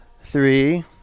three